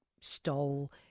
stole